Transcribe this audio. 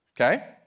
okay